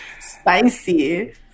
Spicy